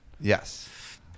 Yes